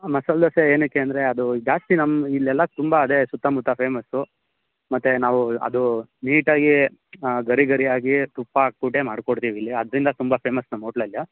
ಮಸಾಲೆ ದೋಸೆ ಏನಕ್ಕೆ ಅಂದರೆ ಅದು ಜಾಸ್ತಿ ನಮ್ಮ ಇಲ್ಲೆಲ್ಲ ತುಂಬ ಅದೇ ಸುತ್ತಮುತ್ತ ಫೇಮಸ್ ಮತ್ತು ನಾವು ಅದು ನೀಟಾಗಿ ಗರಿಗರಿಯಾಗಿ ತುಪ್ಪ ಹಾಕಿಬಿಟ್ಟೇ ಮಾಡಿಕೊಡ್ತೀವಿಲ್ಲಿ ಅದರಿಂದ ತುಂಬ ಫೇಮಸ್ ನಮ್ಮ ಹೋಟ್ಲಲ್ಲಿ